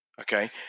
Okay